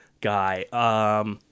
guy